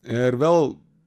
ir vėl